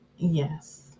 Yes